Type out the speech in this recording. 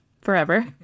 forever